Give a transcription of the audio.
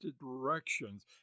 directions